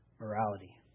Morality